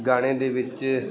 ਗਾਣੇ ਦੇ ਵਿੱਚ